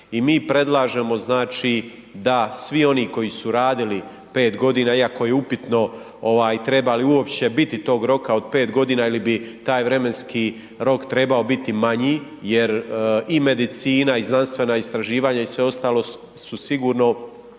I mi predlažemo znači da svi oni koji su radili 5 godina iako je upitno ovaj treba li uopće biti tog roka od 5 godina ili bi taj vremenski rok trebao biti manji. Jer i medicina i znanstvena istraživanja i sve ostalo su sigurno